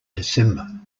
december